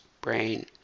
brain